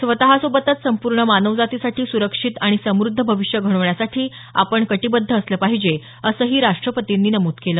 स्वतसोबतच संपूर्ण मानवजातीसाठी सुरक्षित आणि समृद्ध भविष्य घडवण्यासाठी आपण कटिबद्ध असलं पाहिले असंही राष्ट्रपतींनी नमूद केलं